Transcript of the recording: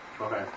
Okay